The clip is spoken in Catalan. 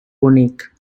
bonic